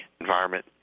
environment